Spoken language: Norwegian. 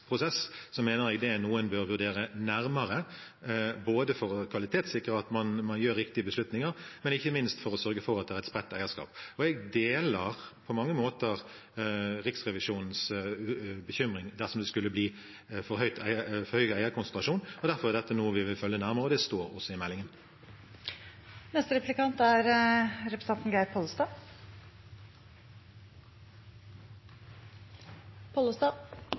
prosess så mener jeg det er noe en bør vurdere nærmere både for å kvalitetssikre at en tar riktige beslutninger, og ikke minst for å sørge for at det er et spredt eierskap. Jeg deler på mange måter Riksrevisjonens bekymring dersom det skulle bli for stor eierkonsentrasjon. Derfor er dette noe vi vil følge nærmere med på, og det står også i